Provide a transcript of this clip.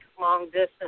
long-distance